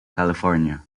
california